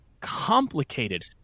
complicated